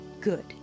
good